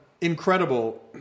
incredible